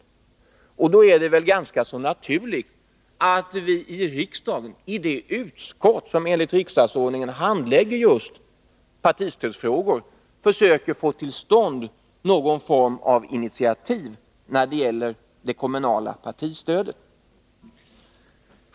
Mot den bakgrunden är det väl ganska naturligt att vi i det utskott som enligt riksdagsordningen handlägger just partistödsfrågor försöker få till stånd någon form av initiativ beträffande det kommunala partistödet.